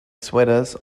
sweaters